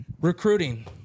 Recruiting